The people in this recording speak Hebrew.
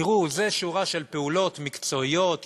תראו, זו שורה של פעולות מקצועיות יומיומיות.